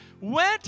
went